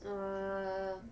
err